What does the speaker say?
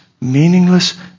meaningless